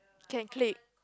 can clip